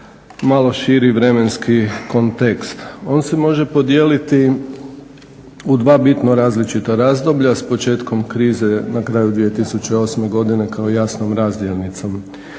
malo širi vremenski kontekst. On se može podijeliti u 2 bitna različita razdoblja s početkom krize na kraju 2008. godini kao jasnom razdjelnicom.